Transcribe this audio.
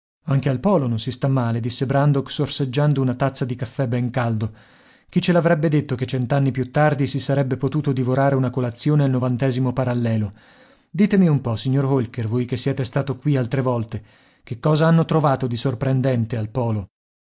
anche al polo non si sta male disse brandok sorseggiando una tazza di caffè ben caldo chi ce l'avrebbe detto che cent'anni più tardi si sarebbe potuto divorare una colazione al parallelo ditemi un po signor holker voi che siete stato qui altre volte che cosa hanno trovato di sorprendente al polo